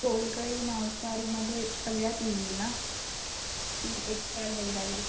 सोलकढी मांसाहारीमध्ये सगळ्यात येईल ना की एक्स्ट्रा घ्यावी लागेल